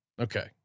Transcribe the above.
Okay